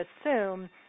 assume